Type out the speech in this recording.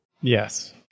Yes